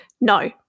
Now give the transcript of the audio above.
No